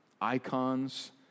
icons